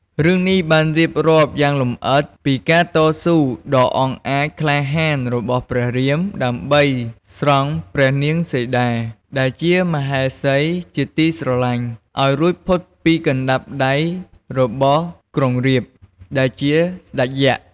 រឿងនេះបានរៀបរាប់យ៉ាងលម្អិតពី ការតស៊ូដ៏អង់អាចក្លាហានរបស់ព្រះរាម ដើម្បីស្រង់ ព្រះនាងសីតា ដែលជាមហេសីជាទីស្រឡាញ់ ឲ្យរួចផុតពីកណ្ដាប់ដៃរបស់ ក្រុងរាពណ៍ ដែលជាស្ដេចយក្ស។